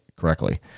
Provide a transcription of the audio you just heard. correctly